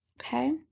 Okay